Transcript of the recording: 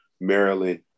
Maryland